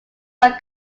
are